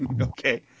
Okay